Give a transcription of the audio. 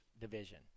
division